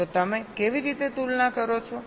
તો તમે કેવી રીતે તુલના કરો છો